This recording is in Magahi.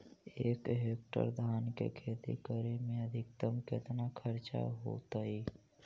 एक हेक्टेयर धान के खेती करे में अधिकतम केतना खर्चा होतइ?